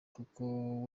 kuko